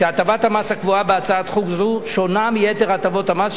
שהטבת המס הקבועה בהצעת חוק זו שונה מיתר הטבות המס,